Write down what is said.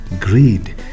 greed